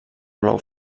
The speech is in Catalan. blau